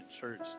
church